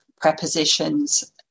prepositions